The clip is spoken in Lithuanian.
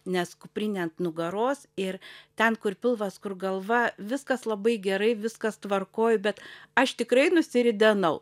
nes kuprinė ant nugaros ir ten kur pilvas kur galva viskas labai gerai viskas tvarkoj bet aš tikrai nusiridenau